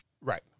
Right